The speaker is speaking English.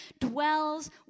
dwells